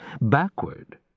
backward